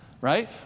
right